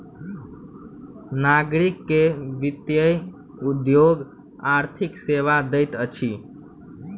नागरिक के वित्तीय उद्योग आर्थिक सेवा दैत अछि